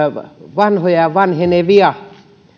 vanhoja ja vanhenevia